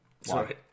Sorry